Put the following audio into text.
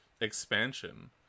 expansion